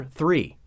three